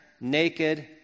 naked